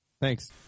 Thanks